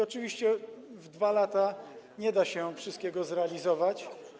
Oczywiście w 2 lata nie da się wszystkiego zrealizować.